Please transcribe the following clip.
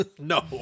No